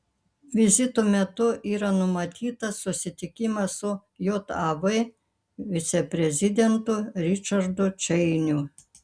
vizito metu yra numatytas susitikimas su jav viceprezidentu ričardu čeiniu